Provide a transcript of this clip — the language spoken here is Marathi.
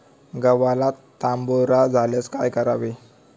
गव्हाला तांबेरा झाल्यास काय करावे?